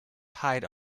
hide